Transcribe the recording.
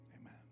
Amen